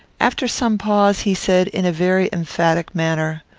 after some pause, he said, in a very emphatic manner,